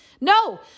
No